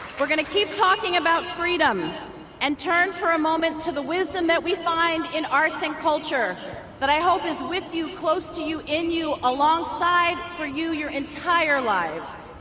we're going to keep talking about freedom and turn for a moment to the wisdom that we find in arts and culture that i hope is with you, close to you, in you, alongside for you your entire lives.